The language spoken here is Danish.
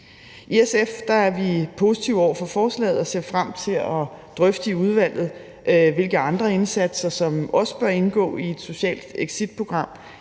I SF er vi positive over for forslaget og ser frem til at drøfte i udvalget, hvilke andre indsatser som også bør indgå i et socialt exitprogram